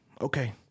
okay